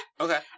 okay